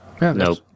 nope